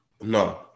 No